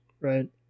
right